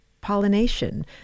pollination